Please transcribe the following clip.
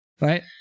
right